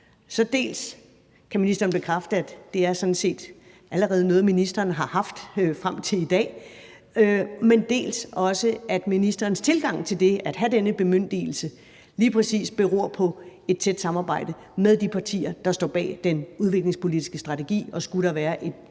kan ministeren så dels bekræfte, at det sådan set allerede er noget, ministeren har haft frem til i dag, dels bekræfte, at ministerens tilgang til det at have denne bemyndigelse lige præcis beror på et tæt samarbejde med de partier, der står bag den udviklingspolitiske strategi, og at skulle der være en